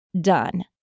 done